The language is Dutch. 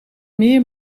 meer